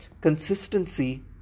Consistency